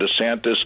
DeSantis